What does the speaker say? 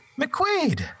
McQuaid